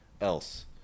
else